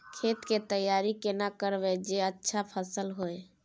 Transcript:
खेत के तैयारी केना करब जे अच्छा फसल होय?